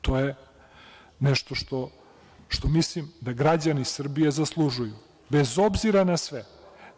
To je nešto što mislim da građani Srbije zaslužuju bez obzira na sve.